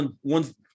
one